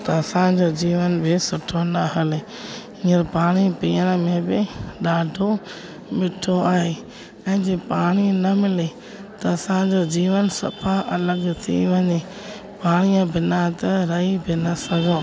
त असांजो जीवन बि सुठो न हले हींअर पाणी पीअण में बि ॾाढो मिठो आहे ऐं जीअं पाणी न मिले त असांजो जीवन सफ़ा अलॻि थी वञे पाणीअ बिना त रही बि न सघूं